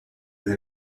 with